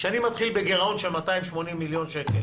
כשאני מתחיל בגירעון של 280 מיליון שקלים